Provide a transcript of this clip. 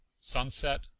Sunset